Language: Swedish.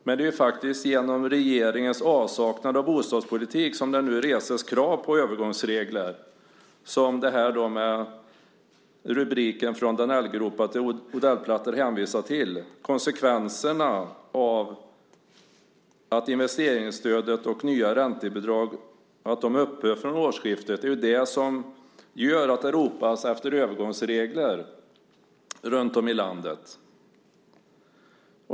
Men det är faktiskt genom regeringens avsaknad av bostadspolitik som det nu reses krav på övergångsregler. Det är det som rubriken Danellgropar som blir Odellplattor hänvisar till. Det handlar om konsekvenserna av att investeringsstöd och nya räntebidrag upphör från årsskiftet. Det är det som gör att det ropas efter övergångsregler runtom i landet.